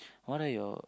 what are your